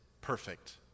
perfect